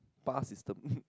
pass system